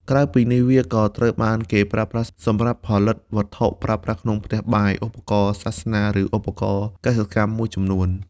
ក្រៅពីនេះ វាក៏ត្រូវបានគេប្រើប្រាស់សម្រាប់ផលិតវត្ថុប្រើប្រាស់ក្នុងផ្ទះបាយ ឧបករណ៍សាសនា ឬឧបករណ៍កសិកម្មមួយចំនួនផងដែរ។